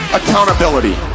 accountability